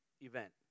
event